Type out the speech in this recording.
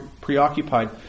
preoccupied